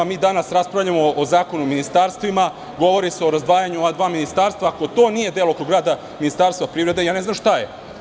Danas raspravljamo o Zakonu o ministarstvima, govori se o razdvajanju ova dva ministarstva i ako to nije delokrug rada Ministarstva privrede, ne znam šta je.